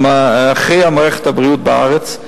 אחראי למערכת הבריאות בארץ,